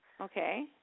Okay